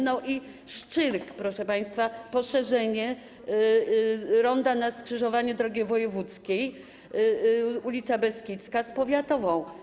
No i Szczyrk, proszę państwa, poszerzenie ronda na skrzyżowaniu drogi wojewódzkiej, ul. Beskidzkiej, z powiatową.